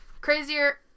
crazier